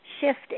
shift